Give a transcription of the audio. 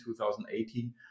2018